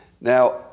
Now